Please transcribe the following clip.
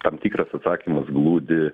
tam tikras atsakymas glūdi